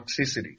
toxicity